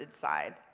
side